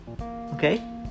okay